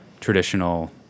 traditional